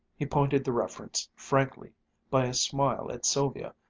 he pointed the reference frankly by a smile at sylvia,